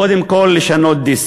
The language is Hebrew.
קודם כול, לשנות דיסק.